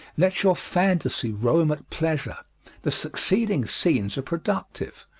let your fantasy roam at pleasure the succeeding scenes are productive,